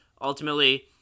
Ultimately